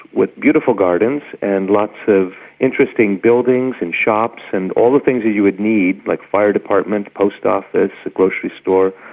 with beautiful gardens and lots of interesting buildings and shops and all the things that you would need, like a fire department, post office, a grocery store,